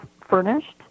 furnished